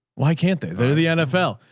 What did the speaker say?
why can't they? they're the nfl.